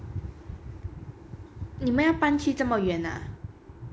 你们要搬去这么远啊